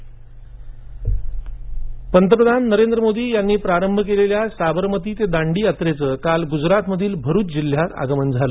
दांडी यात्रा पंतप्रधान नरेंद्र मोदी यांनी प्रारंभ केलेल्या साबरमती ते दांडी यात्रेचं काल गुजराथ मधील भरूच जिल्ह्यात आगमन झालं